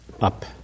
Up